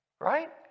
right